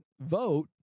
vote